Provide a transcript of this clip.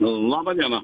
laba diena